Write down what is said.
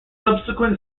subsequent